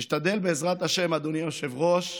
אשתדל, בעזרת השם, אדוני היושב-ראש,